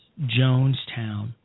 Jonestown